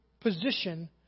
position